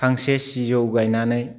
फांसे सिजौ गायनानै